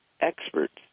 experts